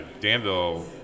Danville